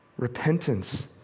repentance